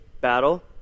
battle